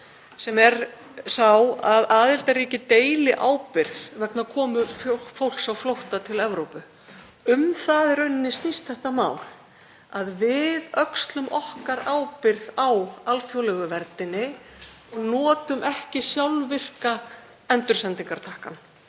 sem er sá að aðildarríki deili ábyrgð vegna komu fólks á flótta til Evrópu. Um það snýst þetta mál, að við öxlum okkar ábyrgð á alþjóðlegu verndinni og notum ekki sjálfvirka endursendingartakkann